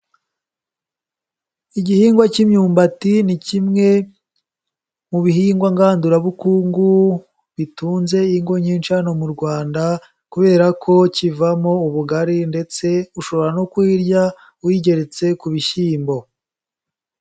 Igihingwa cy'imyumbati ni kimwe mu bihingwa ngandurabukungu bitunze ingo nyinshi hano mu rwanda kubera ko kivamo ubugari ndetse ushobora no kuyirya uyigeretse ku bishyimbo.